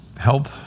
help